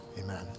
Amen